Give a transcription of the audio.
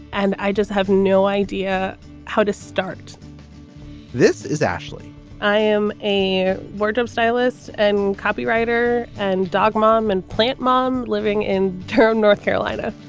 and i just have no idea how to start this is ashley i am a wardrobe stylist and copywriter and dog mom and plant mom living in turin, north carolina